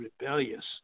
rebellious